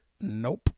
Nope